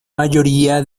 mayoría